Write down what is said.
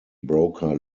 broker